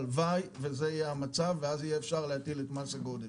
הלוואי שזה יהיה המצב ואז יהיה אפשר להטיל את מס הגודש,